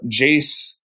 Jace